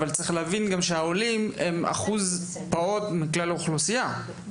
אבל צריך להבין גם שהעולים הם 1% פעוט מכלל האוכלוסייה.